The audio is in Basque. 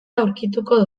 aurkituko